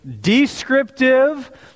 descriptive